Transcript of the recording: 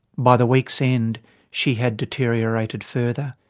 by the week's end she had deteriorated further.